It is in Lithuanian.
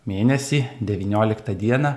mėnesį devynioliktą dieną